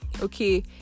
Okay